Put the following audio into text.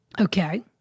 Okay